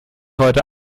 heute